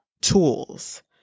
tools